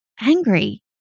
angry